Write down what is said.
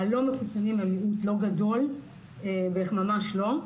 הלא מחוסנים הם מיעוט לא גדול, ממש לא.